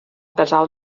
casal